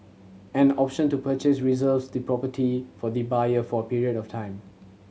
an option to purchase reserves the property for the buyer for a period of time